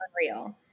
unreal